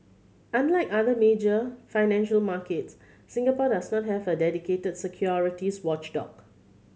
unlike other major financial markets Singapore does not have a dedicated securities watchdog